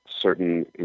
certain